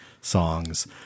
songs